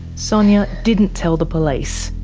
sonia didn't tell the police,